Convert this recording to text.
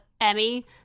Emmy